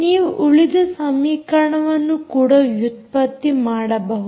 ನೀವು ಉಳಿದ ಸಮೀಕರಣವನ್ನು ಕೂಡ ವ್ಯುತ್ಪತ್ತಿ ಮಾಡಬಹುದು